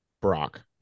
Brock